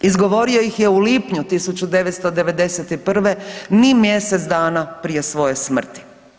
Izgovorio iz je u lipnju 1991., ni mjesec dana prije svoje smrti.